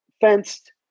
fenced